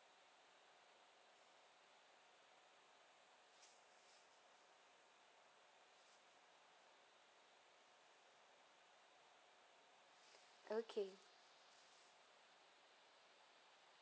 okay